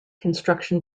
construction